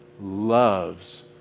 loves